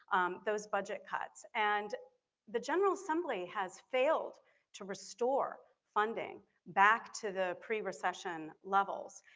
those budget cuts. and the general assembly has failed to restore funding back to the pre-recession levels.